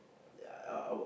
yeah